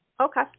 Okay